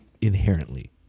inherently